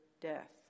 death